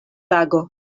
tago